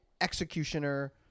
executioner